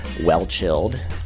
well-chilled